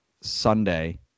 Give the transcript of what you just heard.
Sunday